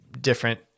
different